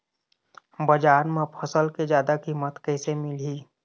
बजार म फसल के जादा कीमत कैसे मिलही?